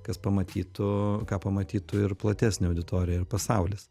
kas pamatytų ką pamatytų ir platesnė auditorija ir pasaulis